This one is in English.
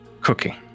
cooking